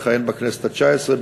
המכהן בכנסת התשע-עשרה,